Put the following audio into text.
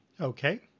Okay